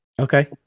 Okay